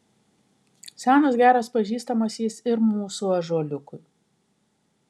senas geras pažįstamas jis ir mūsų ąžuoliukui